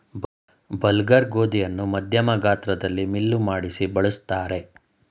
bulgur ಗೋಧಿಯನ್ನು ಮಧ್ಯಮ ಗಾತ್ರದಲ್ಲಿ ಮಿಲ್ಲು ಮಾಡಿಸಿ ಬಳ್ಸತ್ತರೆ